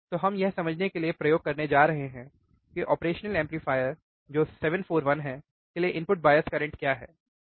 तो हम यह समझने के लिए प्रयोग करने जा रहे हैं कि ऑपरेशनल एम्पलीफायर जो 741 है के लिए इनपुट बायस करंट क्या है